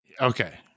Okay